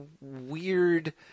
weird